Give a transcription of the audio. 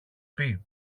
πει